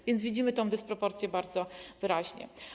A więc widzimy tę dysproporcję bardzo wyraźnie.